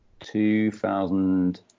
2000